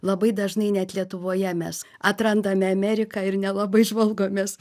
labai dažnai net lietuvoje mes atrandame ameriką ir nelabai žvalgomės